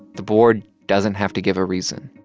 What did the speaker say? the board doesn't have to give a reason